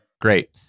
Great